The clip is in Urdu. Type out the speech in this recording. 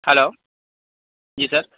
ہیلو جی سر